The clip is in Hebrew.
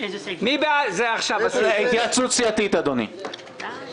מי בעד הפנייה, ירים את